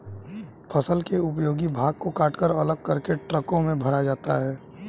फसल के उपयोगी भाग को कटकर अलग करके ट्रकों में भरा जाता है